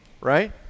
Right